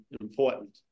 important